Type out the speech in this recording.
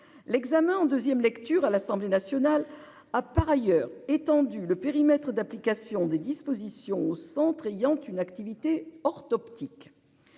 l'examen en 2ème. Lecture à l'Assemblée nationale a par ailleurs étendu le périmètre d'application des dispositions au centre ayant une activité or tu optique.